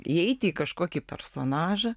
įeiti į kažkokį personažą